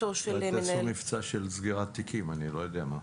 אולי תעשו מבצע של סגירת תיקים, אני לא יודע מה.